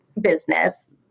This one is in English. business